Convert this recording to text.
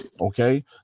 Okay